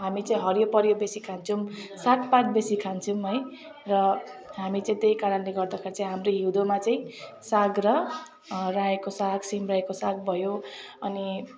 हामी चाहिँ हरियो परियो बेसी खान्छौँ सागपात बेसी खान्छौँ है र हामी चाहिँ त्यही कारणले गर्दाखेरि चाहिँ हाम्रो हिउँदोमा चाहिँ साग र रायोको साग सिमरायोको साग भयो अनि